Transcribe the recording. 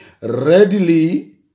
Readily